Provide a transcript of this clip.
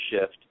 shift